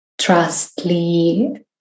Trustly